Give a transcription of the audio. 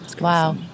Wow